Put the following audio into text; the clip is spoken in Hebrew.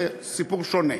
זה סיפור שונה.